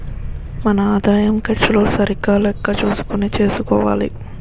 మన ఆదాయం ఖర్చులు సరిగా లెక్క చూసుకుని చూసుకోవాలి